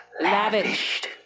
Lavished